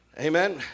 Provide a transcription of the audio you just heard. Amen